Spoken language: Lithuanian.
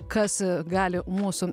kas gali mūsų